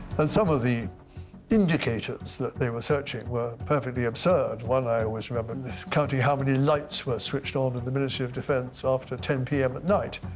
and some of the indicators that they were searching were perfectly absurd, one i always remember is counting how many lights were switched on in the ministry of defense after ten zero p m. at night.